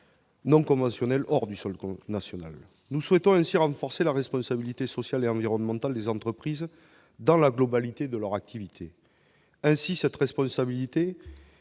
non conventionnels hors du sol national. Nous souhaitons ainsi renforcer la responsabilité sociale et environnementale des entreprises dans la globalité de leurs activités. Cette responsabilité,